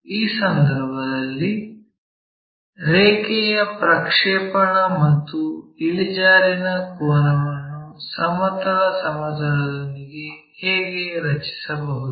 ಈ ಸಂದರ್ಭದಲ್ಲಿ ರೇಖೆಯ ಪ್ರಕ್ಷೇಪಣ ಮತ್ತು ಇಳಿಜಾರಿನ ಕೋನವನ್ನು ಸಮತಲ ಸಮತಲದೊಂದಿಗೆ ಹೇಗೆ ರಚಿಸಬಹುದು